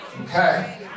Okay